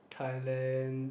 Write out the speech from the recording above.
Thailand